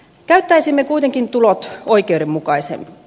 käyttäisimme kuitenkin tulot oikeudenmukaisemmin